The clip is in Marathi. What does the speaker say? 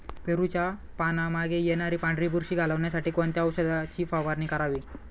पेरूच्या पानांमागे येणारी पांढरी बुरशी घालवण्यासाठी कोणत्या औषधाची फवारणी करावी?